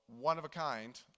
one-of-a-kind